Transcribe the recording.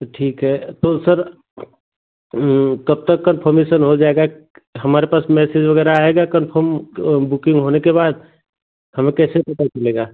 तो ठीक है तो सर कब तक कन्फर्मेसन हो जाएगा हमारे पास मैसेज वग़ैरह आएगा कन्फम बुकिंग होने के बाद हमें कैसे पता चलेगा